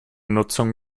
nutzung